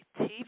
TV